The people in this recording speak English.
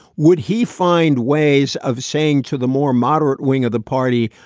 would he find ways of saying to the more moderate wing of the party,